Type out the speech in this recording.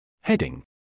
Heading